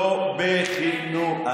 לא בחינוך.